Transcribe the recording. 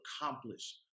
accomplish